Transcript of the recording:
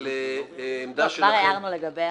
אבל עמדה שלכם --- בעבר העברנו לגבי